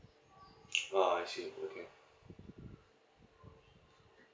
ah I see okay